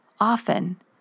often